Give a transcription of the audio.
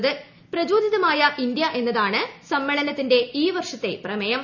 പ്രചോദിതമായ India എന്നതാണ് സമ്മേളനത്തിനന്റെ ഈ വർഷത്തെ പ്രമേയം